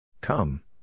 Come